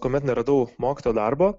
kuomet neradau mokytojo darbo